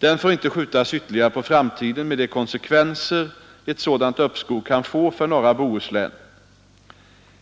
Den får inte skjutas ytterligare på framtiden med de konsekvenser ett sådant uppskov kan få för norra Bohuslän.